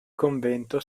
convento